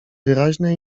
wyraźne